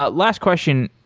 but last question.